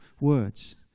words